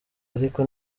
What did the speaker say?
ariko